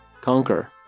Conquer